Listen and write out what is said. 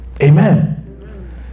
Amen